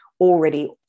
already